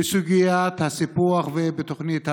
בסוגיית הסיפוח ובתוכנית המאה.